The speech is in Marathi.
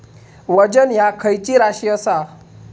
वजन ह्या खैची राशी असा?